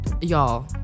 Y'all